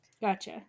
Gotcha